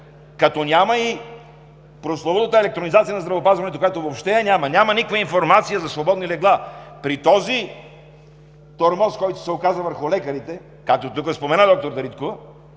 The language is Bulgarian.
Няма я и прословутата електронизация на здравеопазването – въобще я няма, няма никаква информация за свободни легла. При този тормоз, който се оказва върху лекарите, както тук спомена доктор Дариткова,